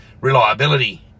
reliability